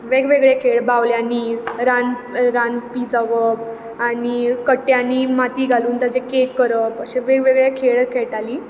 वेग वेगळे खेळ बावल्यांनी रांद रांदपी जावप आनी कट्ट्यांनी माती घालून ताचे कॅक करप अशे वेग वेगळे खेळ खेळटालीं